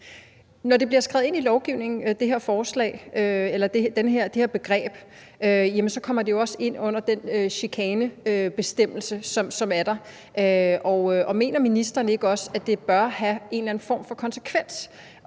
Når det her begreb bliver skrevet ind i lovgivningen, kommer det jo også ind under den chikanebestemmelse, som er der, og mener ministeren ikke også, at det bør have en eller anden form for konsekvens,